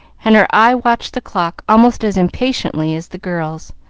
and her eye watched the clock almost as impatiently as the girl's,